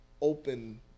open